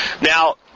Now